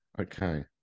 Okay